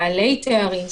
בעלי תארים,